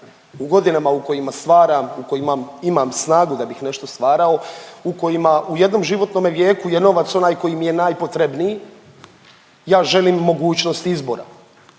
u godinama u kojima stvaram u kojima imam snagu da bih nešto stvarao, u kojima u jednom životnome vijeku je novac onaj koji mi je najpotrebniji, ja želim mogućnost izbora.